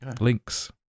Links